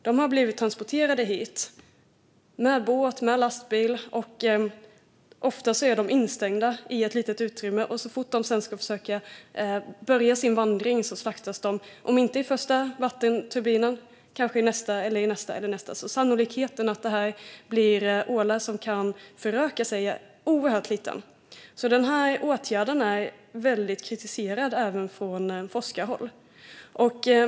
De har blivit transporterade hit med båt och med lastbil, ofta instängda i ett litet utrymme. Så fort de sedan ska försöka börja sin vandring slaktas de i vattenturbinerna, om inte i första kraftverket så i något av de kraftverk som kommer efter. Sannolikheten att de växer upp till ålar som kan föröka sig är oerhört liten. Denna åtgärd är väldigt kritiserad även från forskarhåll.